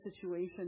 situation